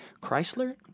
Chrysler